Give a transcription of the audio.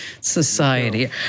society